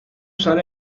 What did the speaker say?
usar